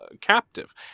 captive